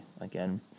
again